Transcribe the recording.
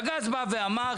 בג"צ בא ואמר,